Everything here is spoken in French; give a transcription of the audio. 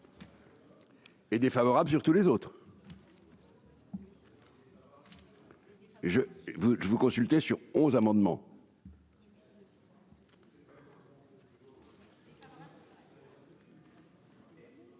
Et défavorable sur tous les autres. Je vous je vous consultez sur 11 amendements.